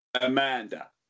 Amanda